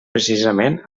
precisament